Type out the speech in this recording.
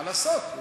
מה לעשות?